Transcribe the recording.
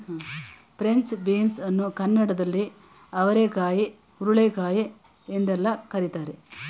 French beans ಅನ್ನು ಕನ್ನಡದಲ್ಲಿ ಅವರೆಕಾಯಿ ಹುರುಳಿಕಾಯಿ ಎಂದೆಲ್ಲ ಕರಿತಾರೆ